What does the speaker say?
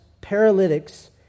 paralytics